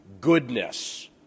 goodness